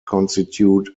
constitute